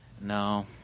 No